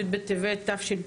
י' בטבת התשפ"ב.